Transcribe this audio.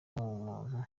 umuntu